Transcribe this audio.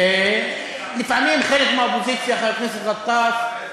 לפעמים חלק מהאופוזיציה, חבר הכנסת גטאס,